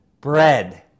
bread